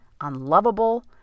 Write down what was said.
unlovable